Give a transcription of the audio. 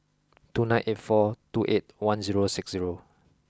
two nine eight four two eight one zero six zero